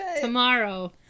tomorrow